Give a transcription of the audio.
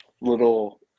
little